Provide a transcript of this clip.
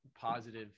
positive